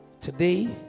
Today